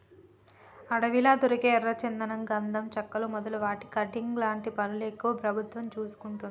అడవిలా దొరికే ఎర్ర చందనం గంధం చెక్కలు మొదలు వాటి కటింగ్ లాంటి పనులు ఎక్కువ ప్రభుత్వం చూసుకుంటది